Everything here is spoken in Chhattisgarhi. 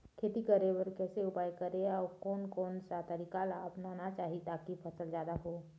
खेती करें बर कैसे उपाय करें अउ कोन कौन सा तरीका ला अपनाना चाही ताकि फसल जादा हो?